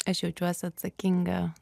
aš jaučiuos atsakinga